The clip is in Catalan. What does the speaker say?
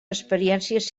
experiències